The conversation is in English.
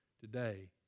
today